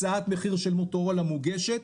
הצעת מחיר של מוטורולה מוגשת.